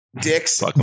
Dicks